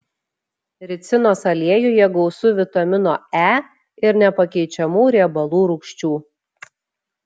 ricinos aliejuje gausu vitamino e ir nepakeičiamų riebalų rūgščių